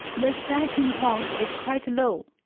the starting point is quite low.